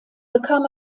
bekam